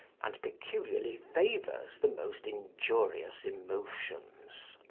and peculiarly favours the most injurious emotions.